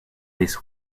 least